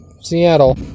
Seattle